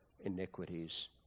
iniquities